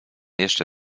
jeszcze